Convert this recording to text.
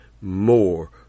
more